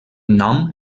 nom